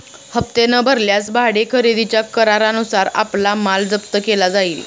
हप्ते न भरल्यास भाडे खरेदीच्या करारानुसार आपला माल जप्त केला जाईल